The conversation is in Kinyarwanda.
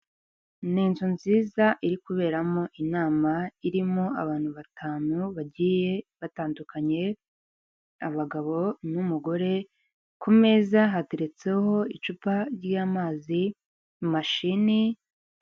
Ni inzu nziza iri kuberamo inama irimo abantu batanu bagiye batandukanye, abagabo n'umugore ku meza hateretseho icupa ry'amazi, mashini.